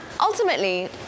ultimately